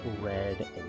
red